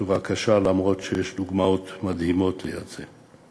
למרות שיש דוגמאות מדהימות ליד זה.